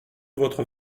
votre